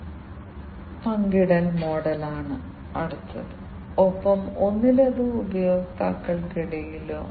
അതിനാൽ ഈ ചക്രം അടിസ്ഥാനപരമായി ഈ ജോലികളെല്ലാം ഈ വശത്തിലൂടെ കടന്നുപോകുകയും തുടക്കം മുതൽ വീണ്ടും ആവർത്തിക്കുകയും ചെയ്യുന്നു